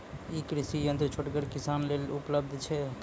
ई कृषि यंत्र छोटगर किसानक लेल उपलव्ध छै?